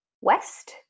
West